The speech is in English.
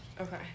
Okay